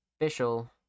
official